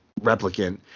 replicant